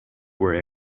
were